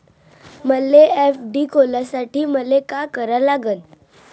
मले एफ.डी खोलासाठी मले का करा लागन?